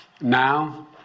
Now